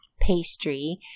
pastry